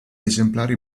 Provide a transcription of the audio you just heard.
esemplari